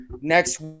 Next